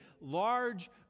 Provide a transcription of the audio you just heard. large